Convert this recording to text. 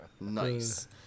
Nice